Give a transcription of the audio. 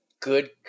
good